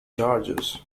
charges